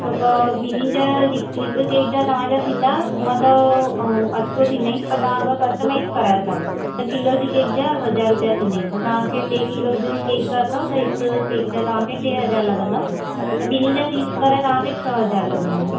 छोक ॿिन्हिनि जा हिकु हिकु केक जा तव्हांजा थींदा हूअं त अठ सौ थींदा आहिनि पर तव्हां अगरि कस्टमाइज करायो था त किलो जी केक जा हज़ार रुपया थींदा आहिनि त तव्हांखे टे किलो जो केक अथव त हिकु केक जा तव्हांखे टे हज़ार लॻंदव त ॿिनि जा थी करे तव्हांखे छह हज़ार लॻंदव